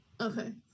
Okay